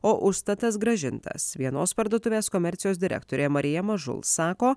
o užstatas grąžintas vienos parduotuvės komercijos direktorė marija mažul sako